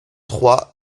trois